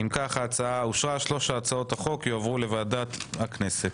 שלושת הצעות החוק יועברו לוועדת הכנסת.